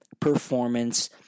Performance